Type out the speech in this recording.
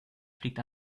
fliegt